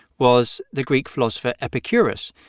was the greek philosopher epicurus,